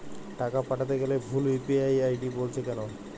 টাকা পাঠাতে গেলে ভুল ইউ.পি.আই আই.ডি বলছে কেনো?